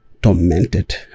Tormented